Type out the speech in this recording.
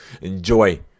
enjoy